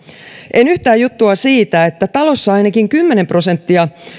en yhtään juttua siitä että talossa ainakin kymmenen prosenttia